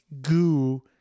goo